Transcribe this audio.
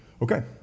Okay